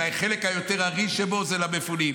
והחלק היותר-ארי שבו הוא למפונים.